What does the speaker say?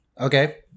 Okay